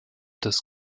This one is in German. des